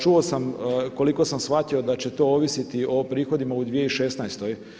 Čuo sam koliko sam shvatio da će to ovisiti o prihodima u 2016.